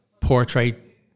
portrait